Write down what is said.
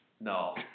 No